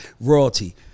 royalty